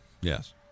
Yes